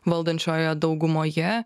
valdančioje daugumoje